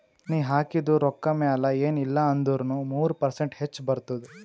ನೀ ಹಾಕಿದು ರೊಕ್ಕಾ ಮ್ಯಾಲ ಎನ್ ಇಲ್ಲಾ ಅಂದುರ್ನು ಮೂರು ಪರ್ಸೆಂಟ್ರೆ ಹೆಚ್ ಬರ್ತುದ